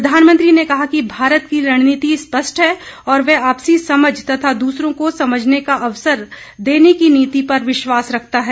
प्रधानमंत्री ने कहा कि भारत की रणनीति स्पष्ट है और वह आपसी समझ तथा दूसरों को समझने का अवसर देने की नीति पर विश्वास रखता है